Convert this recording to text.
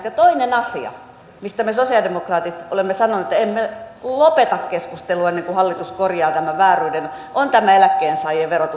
ja toinen asia mistä me sosialidemokraatit olemme sanoneet että emme lopeta keskustelua ennen kuin hallitus korjaa tämän vääryyden on tämä eläkkeensaajien verotus